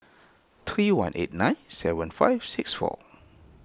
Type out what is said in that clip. three one eight nine seven five six four